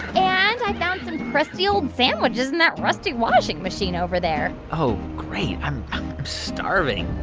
and i found some crusty old sandwiches in that rusty washing machine over there oh, great, i'm starving.